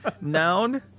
Noun